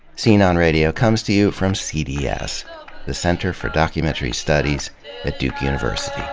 scene on radio comes to you from cds, the center for documentary studies at duke university